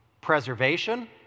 preservation